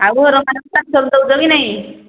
ଆଉ ରଖା ରଖି ଦେଉଛ କି ନାଇଁ